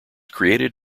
created